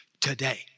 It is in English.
today